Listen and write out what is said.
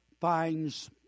finds